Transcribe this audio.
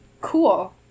cool